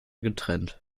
getrennt